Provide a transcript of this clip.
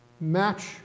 match